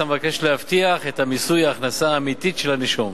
המבקש להבטיח את מיסוי ההכנסה האמיתית של הנישום.